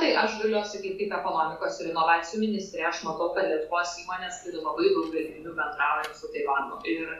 tai aš gailiu atsakyt kaip ekonomikos ir inovacijų ministrė aš matau kad lietuvos įmonės labai ilgai bendrauja su taivanu ir